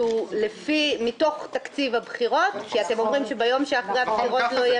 יום לאחר הבחירות לא נוכל להמשיך לפעול כי לא יהיה